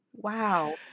wow